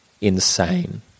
insane